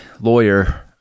lawyer